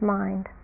mind